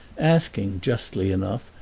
asking, justly enough,